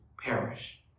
Perish